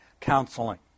counseling